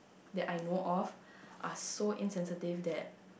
that I know of are so insensitive that